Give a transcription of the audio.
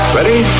Ready